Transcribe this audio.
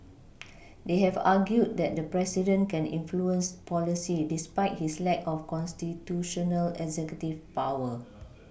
they have argued that the president can influence policy despite his lack of constitutional executive power